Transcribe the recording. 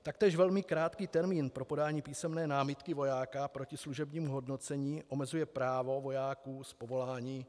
Taktéž velmi krátký termín pro podání písemné námitky vojáka proti služebnímu hodnocení omezuje právo vojáků z povolání.